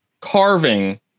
carving